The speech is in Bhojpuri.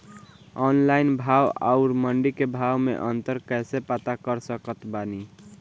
ऑनलाइन भाव आउर मंडी के भाव मे अंतर कैसे पता कर सकत बानी?